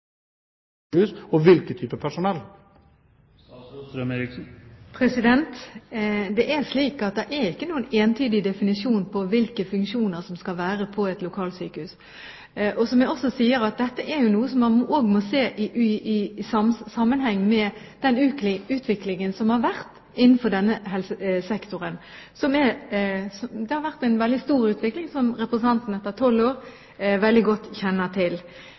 og hvilke typer personell et lokalsykehus skal ha? Det er ikke noen entydig definisjon på hvilke funksjoner som skal være ved et lokalsykehus. Og som jeg sier: Dette er jo også noe som man må se i sammenheng med den utviklingen som har vært innenfor helsesektoren. Det har vært en veldig stor utvikling, som representanten etter tolv år kjenner veldig godt til.